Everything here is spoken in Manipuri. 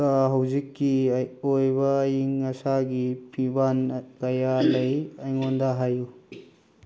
ꯀꯣꯇꯥ ꯍꯧꯖꯤꯛꯀꯤ ꯑꯣꯏꯕ ꯑꯏꯪ ꯑꯁꯥꯒꯤ ꯐꯤꯕꯝ ꯀꯌꯥ ꯂꯩ ꯑꯩꯉꯣꯟꯗ ꯍꯥꯏꯌꯨ